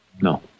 No